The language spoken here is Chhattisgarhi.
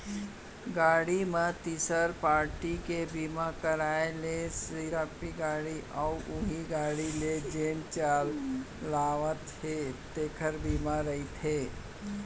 गाड़ी म तीसरा पारटी के बीमा कराय ले सिरिफ गाड़ी अउ उहीं गाड़ी ल जेन चलावत हे तेखर बीमा रहिथे